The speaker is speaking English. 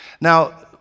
Now